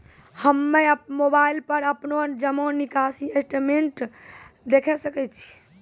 हम्मय मोबाइल पर अपनो जमा निकासी स्टेटमेंट देखय सकय छियै?